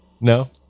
No